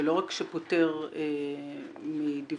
ולא רק שפוטר מדיווח,